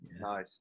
Nice